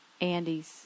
Andy's